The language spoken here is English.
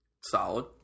Solid